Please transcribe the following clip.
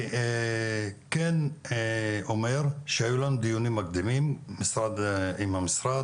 אני כן אומר שהיו לנו דיונים מקדימים עם המשרד,